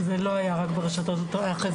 זה לא היה רק ברשתות החברתיות,